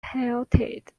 halted